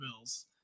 Bills